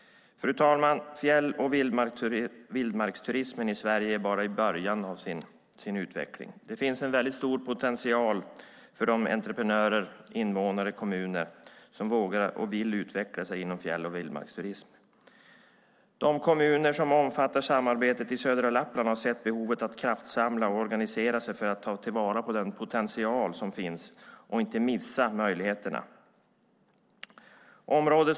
Fru talman! Fjäll och vildmarksturismen i Sverige är bara i början av sin utveckling. Det finns en stor potential för de entreprenörer, invånare och kommuner som vågar och vill utveckla sig inom fjäll och vildmarksturism. De kommuner som omfattas av samarbetet i södra Lappland har sett behovet av att kraftsamla och organisera sig för att ta till vara på den potential som finns och inte missa möjligheterna.